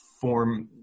form